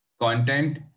Content